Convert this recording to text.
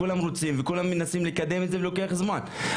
כולם רוצים וכולם מנסים לקדם את זה וזה לוקח זמן,